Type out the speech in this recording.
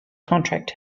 contract